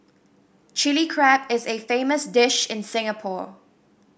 Chilli Crab is a famous dish in Singapore